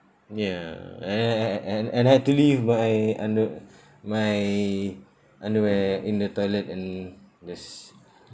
ya a~ a~ a~ and and I had to leave my under~ my underwear in the toilet and just